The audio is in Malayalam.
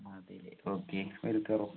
അതെ അല്ലേ ഓക്കെ